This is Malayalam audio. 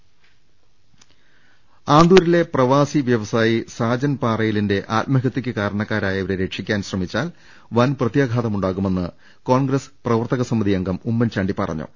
രുട്ട്ട്ട്ട്ട്ട്ട്ട ആന്തൂരിലെ പ്രവാസി വൃവസായി സാജൻ പാറയിലിന്റെ ആത്മഹത്യക്ക് കാരണക്കാരായവരെ രക്ഷിക്കാൻ ശ്രമിച്ചാൽ വൻ പ്രത്യാഘാതമുണ്ടാകു മെന്ന് കോൺഗ്രസ് പ്രവർത്തക സമിതി അംഗം ഉമ്മൻചാണ്ടി പറഞ്ഞു